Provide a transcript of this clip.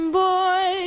boy